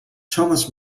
thomas